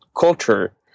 culture